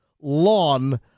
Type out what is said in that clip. Lawn